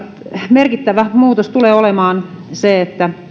merkittävä muutos tulee olemaan se että